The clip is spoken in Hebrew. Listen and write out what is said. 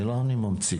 זה לא אני ממציא,